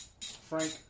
Frank